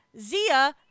Zia